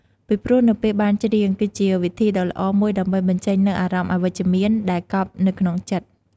ពីព្រោះ នៅពេលបានច្រៀង គឺជាវិធីដ៏ល្អមួយដើម្បី បញ្ចេញនូវអារម្មណ៍អវិជ្ជមាន ដែលកប់នៅក្នុងចិត្ត។